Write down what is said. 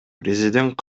президент